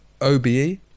OBE